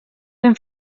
ben